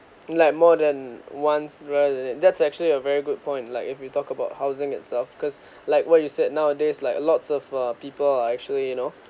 like more than once right that's actually a very good point like if you talk about housing itself because like what you said nowadays like lots of uh people are actually you know